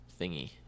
thingy